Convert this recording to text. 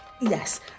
Yes